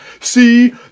see